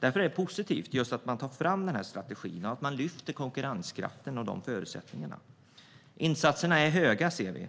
Därför är det positivt med en svensk livsmedelsstrategi och att man lyfter konkurrenskraften. Insatserna är höga.